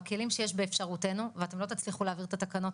בכלים שיש באפשרותנו - ואתם לא תצליחו להעביר את התקנות